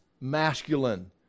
masculine